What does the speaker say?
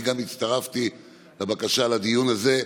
אני גם הצטרפתי לבקשה לדיון הזה,